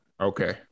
okay